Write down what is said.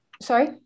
sorry